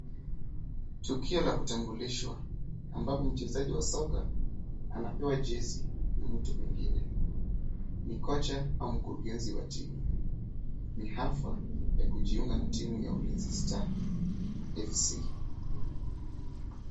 Tukio la kutambulishwa ambalo mchezaji wa soka anapewa jezi na mtu mwingine. Ni kocha au mkurugenzi wa timu. Ni hafa ya kujiunga na timu ya Ulinzi Star FC.